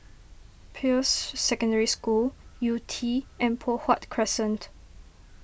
Peirce Secondary School Yew Tee and Poh Huat Crescent